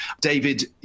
David